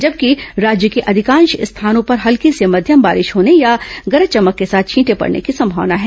जबकि राज्य के अधिकांश स्थानों पर हल्की से मध्यम बारिश होने या गरज चमक के साथ छींटे पड़ने की संभावना है